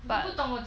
but